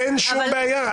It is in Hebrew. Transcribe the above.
אין שום בעיה.